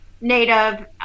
native